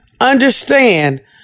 understand